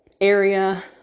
area